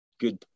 good